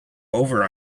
over